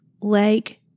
leg